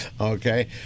Okay